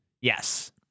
Yes